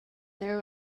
there